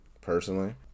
personally